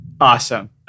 awesome